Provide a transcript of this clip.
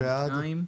בעד סעיף 22?